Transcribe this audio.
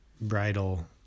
bridal